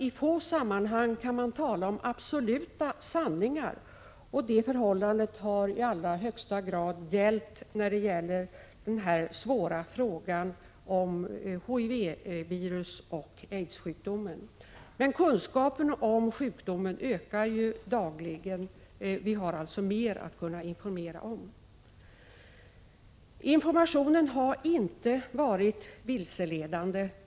I få sammanhang kan man tala om absoluta sanningar, och det förhållandet har i allra högsta grad gällt i den svåra frågan om HIV-viruset och aidssjukdomen. Kunskapen om sjukdomen ökar emellertid dagligen, och vi får alltså hela tiden mer att informera om. Informationen har inte varit vilseledande.